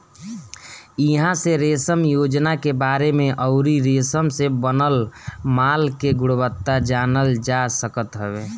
इहां से रेशम योजना के बारे में अउरी रेशम से बनल माल के गुणवत्ता जानल जा सकत हवे